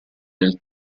del